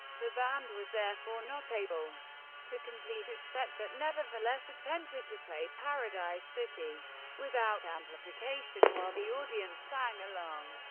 the band was therefore not able to complete its set, but nevertheless attempted to play paradise city without amplification while the audience sang along.